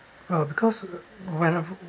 uh because when I